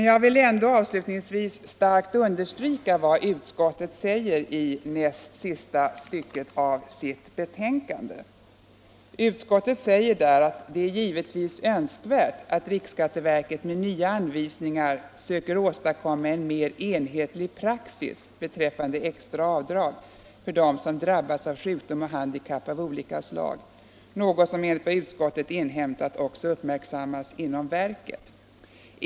Jag vill avslutningsvis starkt understryka vad utskottet skriver i näst sista stycket: ”Det är givetvis önskvärt att riksskatteverket med nya anvisningar söker åstadkomma en mer enhetlig praxis beträffande extra avdrag för dem som drabbats av sjukdom och handikapp av olika slag, något som enligt vad utskottet inhämtat också uppmärksammas inom verket.